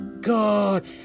god